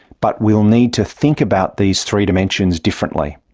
but we will need to think about these three dimensions differently.